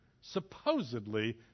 supposedly